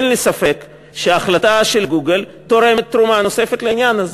אין לי ספק שההחלטה של "גוגל" תורמת תרומה נוספת לעניין הזה.